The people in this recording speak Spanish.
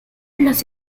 los